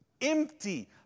empty